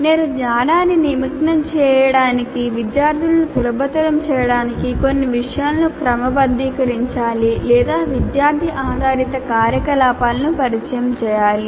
నేను జ్ఞానాన్ని నిమగ్నం చేయడానికి విద్యార్థులను సులభతరం చేయడానికి కొన్ని విషయాలను క్రమబద్ధీకరించాలి లేదా విద్యార్థి ఆధారిత కార్యకలాపాలను పరిచయం చేయాలి